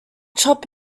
chop